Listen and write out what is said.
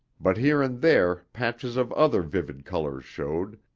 but here and there patches of other vivid colors showed,